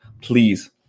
Please